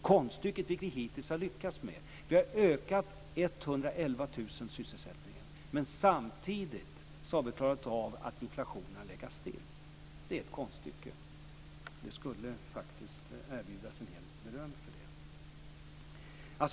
Konststycket som vi hittills har lyckats med är att vi har ökat sysselsättningen med 111 000 personer samtidigt som vi har klarat av att hålla inflationen stilla. Det är ett konststycke. Det skulle faktiskt erbjudas en del beröm för det.